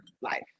life